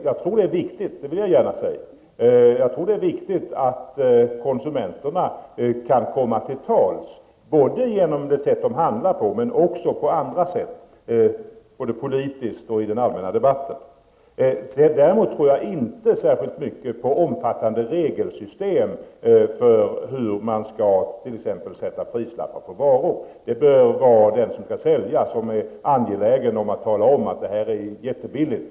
Jag medger gärna att jag anser det viktigt att konsumenterna får komma till tals både genom det sätt de handlar på och på andra sätt, exempelvis politiskt och i den allmänna debatten. Däremot tror jag inte särskilt mycket på omfattande regelsystem för hur exempelvis prislappar skall sättas på varor. Det bör vara säljaren som är angelägen att tala om vad som för tillfället är jättebilligt.